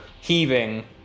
heaving